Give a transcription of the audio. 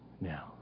now